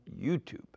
YouTube